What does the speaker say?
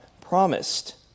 promised